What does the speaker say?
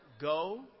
go